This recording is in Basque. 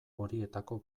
horietako